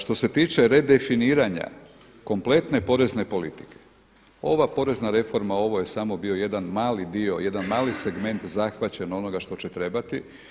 Što se tiče redefiniranja kompletne porezne politike, ova porezna reforma ovo je samo bio jedan mali dio, jedan mali segment zahvaćen onoga što će trebati.